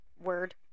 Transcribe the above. word